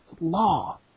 law